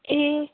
ए